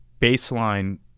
baseline